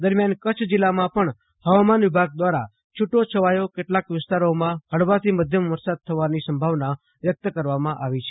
દરમિયાન કચ્છ જીલ્લામાં પણ ફવામાન વિભાગ દ્વારા છુટાછવાયા કેટલાક વિતારોમાં હળવાથી મધ્યમ વરસાદ થવાની સંભાવના વ્યક્ત કરવામાં આવી છે